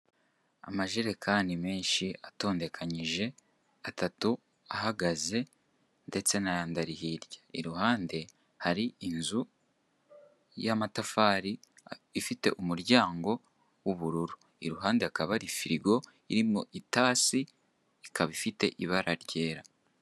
Amajerekani menshi atondekanyije atatu ahagaze ndetse nandi arihirya, iruhande hari inzu y'amatafari ifite umuryango w'ubururu, iruhande hakaba hari firigo irimo itasi ikaba ifite ibara ryera.